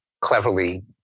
cleverly